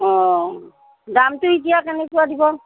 অঁ দামটো এতিয়া কেনেকুৱা দিব